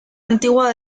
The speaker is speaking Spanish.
antigua